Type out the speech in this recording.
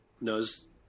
knows